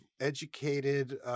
educated